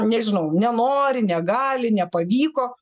nežinau nenori negali nepavyko